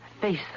face